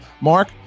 Mark